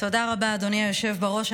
אדוני היושב בראש.